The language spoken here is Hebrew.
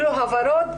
הוורוד.